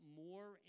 more